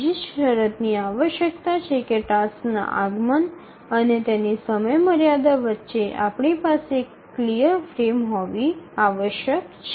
ત્રીજી શરતની આવશ્યકતા છે કે ટાસ્કના આગમન અને તેની સમયમર્યાદા વચ્ચે આપણી પાસે એક ક્લિયર ફ્રેમ હોવી આવશ્યક છે